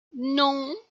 non